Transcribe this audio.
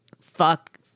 fuck